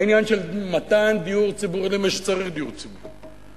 העניין של מתן דיור ציבורי למי שצריך דיור ציבורי.